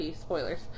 spoilers